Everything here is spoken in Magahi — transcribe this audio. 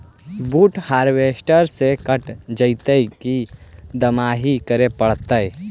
बुट हारबेसटर से कटा जितै कि दमाहि करे पडतै?